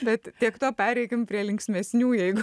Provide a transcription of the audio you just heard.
bet tiek to pereikim prie linksmesnių jeigu